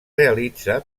realitza